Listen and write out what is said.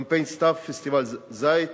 קמפיין סתיו פסטיבל זית